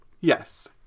Yes